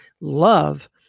love